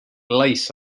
lace